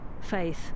faith